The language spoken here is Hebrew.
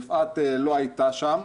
יפעת לא הייתה שם,